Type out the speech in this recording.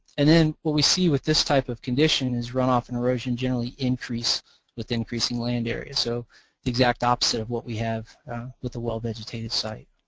and then what we see with this type of condition is runoff and erosion generally increase with increasing land area, so exact opposite of what we have with the well vegetated site.